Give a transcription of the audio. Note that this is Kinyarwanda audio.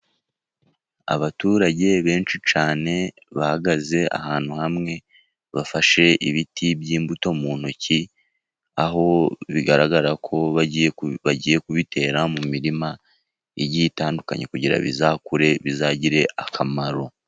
Abaturage benshi cyane, bahagaze ahantu hamwe bafashe ibiti by'imbuto mu ntoki, aho bigaragara ko bagiye kubitera mu mirima igiye itandukanye, kugira ngo bizakure bizagire akamaro.